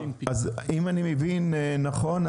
אז אם אני מבין נכון,